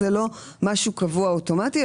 זה לא משהו קבוע אוטומטי.